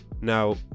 Now